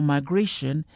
Migration